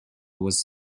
was